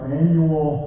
annual